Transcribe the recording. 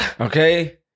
Okay